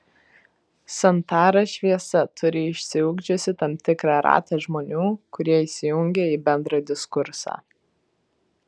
santara šviesa turi išsiugdžiusi tam tikrą ratą žmonių kurie įsijungia į bendrą diskursą